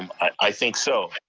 um i think so.